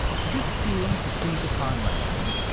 is it stealing to seize upon land,